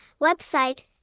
website